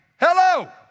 Hello